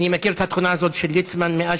אני מכיר את התכונה הזאת של ליצמן מאז